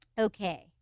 Okay